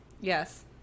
yes